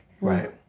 Right